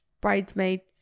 Bridesmaids